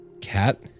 Cat